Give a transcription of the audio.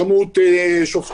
למשל, כמות שופטים,